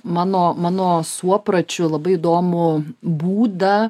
mano mano suopračiu labai įdomų būdą